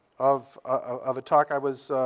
of of a talk. i was